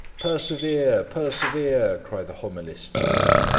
persevere, persevere! cry the homilists all,